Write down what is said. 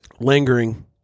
lingering